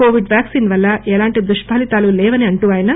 Covid vaccine వల్ల ఎలాంటి దుష్పలీతాలు లేవని అంటూ ఆయన